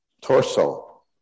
torso